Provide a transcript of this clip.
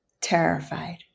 terrified